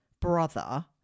brother